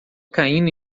caindo